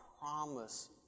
promise